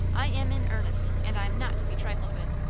i am in earnest, and i am not to be trifled with.